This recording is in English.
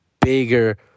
bigger